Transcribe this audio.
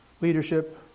leadership